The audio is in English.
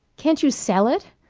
can't you sell it?